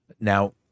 now